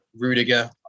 Rudiger